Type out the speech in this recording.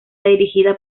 dirigida